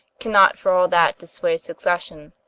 cannot for all that dissuade succession,